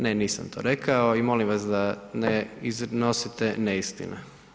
Ne, nisam to rekao i molim vas da ne iznosite neistine.